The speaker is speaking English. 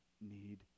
need